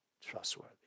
trustworthy